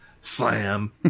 Slam